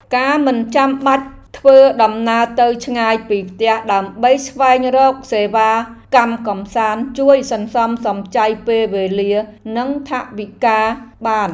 ការមិនចាំបាច់ធ្វើដំណើរទៅឆ្ងាយពីផ្ទះដើម្បីស្វែងរកសេវាកម្មកម្សាន្តជួយសន្សំសំចៃពេលវេលានិងថវិកា។